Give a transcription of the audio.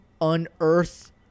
Unearth